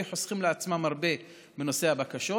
הם היו חוסכים לעצמם הרבה בנושא הבקשות.